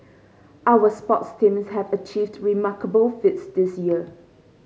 our sports teams have achieved remarkable feats this year